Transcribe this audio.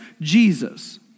Jesus